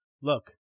look